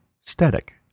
Static